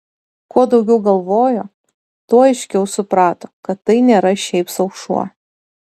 kuo daugiau galvojo tuo aiškiau suprato kad tai nėra šiaip sau šuo